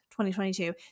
2022